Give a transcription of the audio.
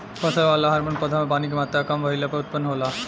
फसल वाला हॉर्मोन पौधा में पानी के मात्रा काम भईला पर उत्पन्न होला